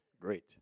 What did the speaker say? Great